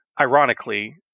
ironically